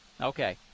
Okay